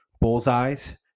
bullseyes